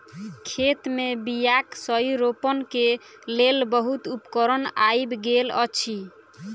खेत मे बीयाक सही रोपण के लेल बहुत उपकरण आइब गेल अछि